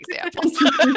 examples